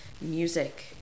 music